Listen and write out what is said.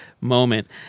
moment